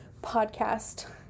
podcast